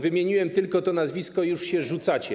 Wymieniłem tylko to nazwisko i już się rzucacie.